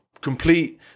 complete